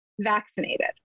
vaccinated